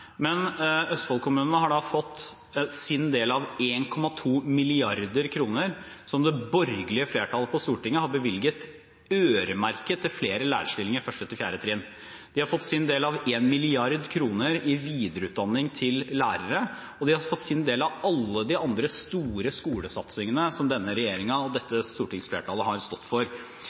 men Østfold-kommunene har fått sin del av 1,2 mrd. kr som det borgerlige flertallet på Stortinget har bevilget øremerket til flere lærerstillinger på 1.–4. trinn. De har fått sin del av 1 mrd. kr til videreutdanning av lærere, og de har fått sin del av alle de andre store skolesatsingene som denne regjeringen og dette stortingsflertallet har stått for.